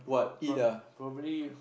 prob~ prob~ probably